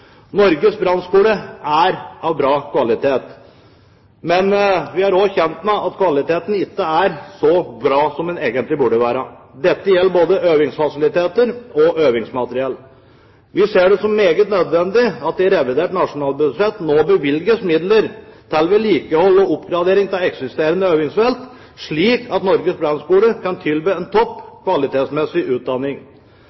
Norges brannskole er av bra kvalitet. Men vi er også kjent med at kvaliteten ikke er så bra som den egentlig burde være. Dette gjelder både øvingsfasiliteter og øvingsmateriell. Vi ser det som meget nødvendig at det i revidert nasjonalbudsjett nå bevilges midler til vedlikehold og oppgradering av eksisterende øvingsfelt, slik at Norges brannskole kan tilby en topp